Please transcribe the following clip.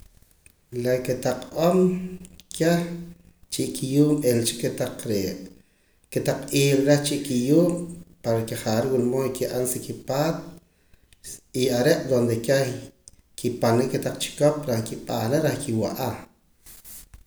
La kotaq om keh chi kiyuub' ilcha kotaq re' kotaq hilo reh chi kiyuub' para ke ja're' wula mood ki'an sa kipaat y are' donde keh kipanaa kotaq chikop reh kip'ahna reh kiwa'a.